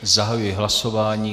Zahajuji hlasování.